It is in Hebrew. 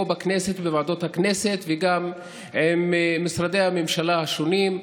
פה בוועדות הכנסת וגם במשרדי הממשלה השונים,